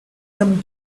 them